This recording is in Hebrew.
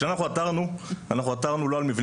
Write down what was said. כשאנחנו עתרנו אנחנו עתרנו לא על מבנים